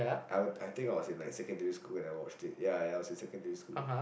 I'll I think I was in secondary school when I watched it ya I was in secondary school